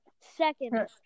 second